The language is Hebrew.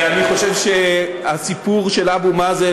אני חושב שהסיפור של אבו מאזן,